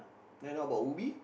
then what about Ubi